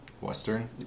Western